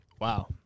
Wow